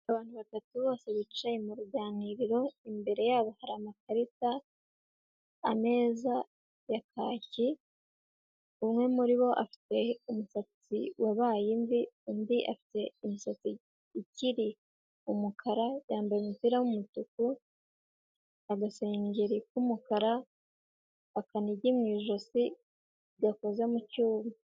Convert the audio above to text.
Abantu batatu bose bicaye mu ruganiriro, imbere yabo hari amakarita, ameza ya kaki, umwe muri bo afite umusatsi wabaye imvi, undi afite imisatsi ikiri umukara, yambaye umupira w'umutuku, agasengeri k'umukara, akanigi mu ijosi gakoze mu cyuma.